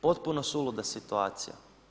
Potpuno suluda situacija.